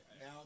Now